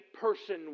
person